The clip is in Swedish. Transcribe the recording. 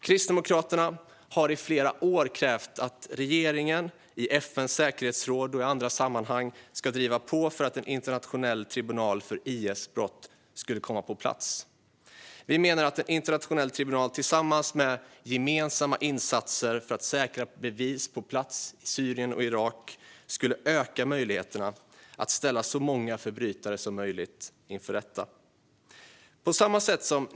Kristdemokraterna har i flera år krävt att regeringen, i FN:s säkerhetsråd och i andra sammanhang, ska driva på för att en internationell tribunal för IS brott ska komma på plats. Vi menar att en internationell tribunal tillsammans med gemensamma insatser för att säkra bevis på plats i Syrien och Irak skulle öka möjligheterna att ställa så många förbrytare som möjligt inför rätta.